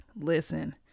Listen